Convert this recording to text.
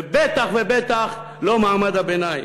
ובטח ובטח לא מעמד הביניים,